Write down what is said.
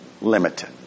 limited